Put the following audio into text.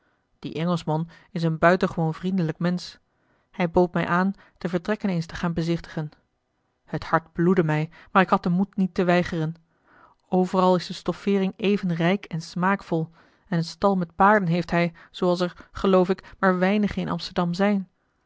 die engelschman is een buitengewoon vriendelijk mensch hij bood mij aan de vertrekken eens te gaan bezichtigen het hart bloedde mij maar ik had den moed niet te weigeren overal is de stoffeering even rijk en smaakvol en een stal met paarden heeft hij zooals er geloof ik maar weinige in amsterdam zijn